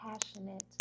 passionate